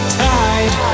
tide